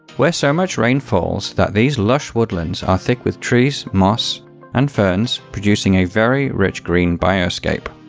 where so much rain falls that these lush woodlands are thick with trees, moss and ferns, producing a very rich green bioscape.